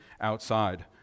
outside